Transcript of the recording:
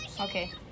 Okay